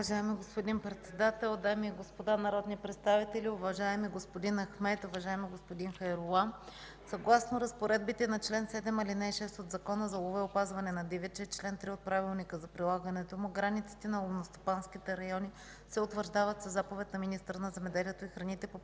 Уважаеми господин Председател, дами и господа народни представители, уважаеми господин Ахмед, уважаеми господин Хайрула! Съгласно разпоредбите на чл. 7, ал. 6 от Закона за лова и опазване на дивеч и чл. 3 от правилника за прилагането му, границите на ловно стопанските райони се утвърждават със заповед на министъра на земеделието и храните по предложение